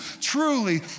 truly